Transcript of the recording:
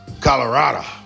Colorado